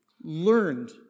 learned